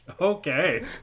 Okay